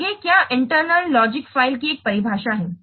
आगे क्या internal logic file की एक परिभाषा है